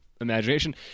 imagination